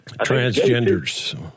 Transgenders